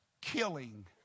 killing